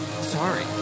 Sorry